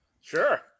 Sure